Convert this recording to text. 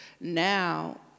now